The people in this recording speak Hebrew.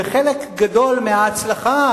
וחלק גדול מההצלחה,